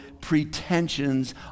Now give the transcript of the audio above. pretensions